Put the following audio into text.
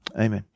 amen